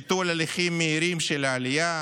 ביטול הליכים מהירים של העלייה,